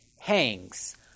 hangs